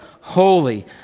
holy